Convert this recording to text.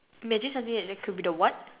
imagine something that could be the what